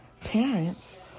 parents